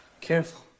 Careful